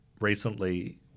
recently